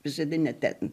visada ne ten